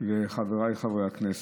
חבריי חברי הכנסת,